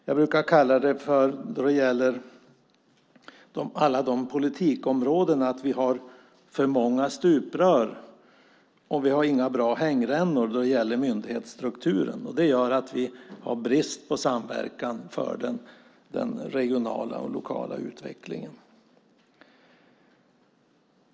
Jag brukar kalla det, beträffande de alla olika politikområdena, att vi har för många stuprör och inga bra hängrännor när det gäller myndighetsstrukturen. Det gör att vi har brist på samverkan i den regionala och lokala utvecklingen.